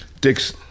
Dick's